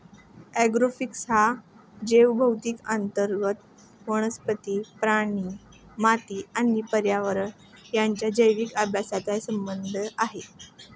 agrophysics हा जैवभौतिकी अंतर्गत वनस्पती, प्राणी, माती आणि पर्यावरण यांच्या जैविक अभ्यासाशी संबंधित आहे